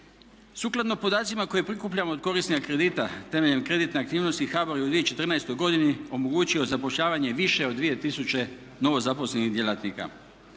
Sukladno podacima koje prikupljamo od korisnika kredita temeljem kreditne aktivnosti HBOR je u 2o14. godini omogućio zapošljavanje više od 2000 novozaposlenih djelatnika.